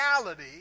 reality